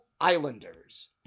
Islanders